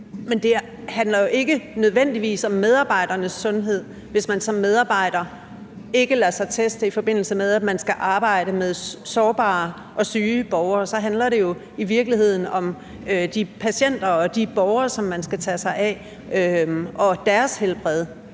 Men det handler jo ikke nødvendigvis om medarbejdernes sundhed, hvis man som medarbejder ikke lader sig teste, i forbindelse med at man skal arbejde med sårbare og syge borgere – så handler det jo i virkeligheden om de patienter og de borgere, som man skal tage sig af, og deres helbred,